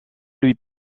lui